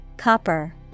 Copper